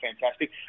fantastic